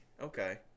Okay